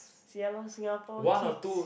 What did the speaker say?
ya lor Singapore kids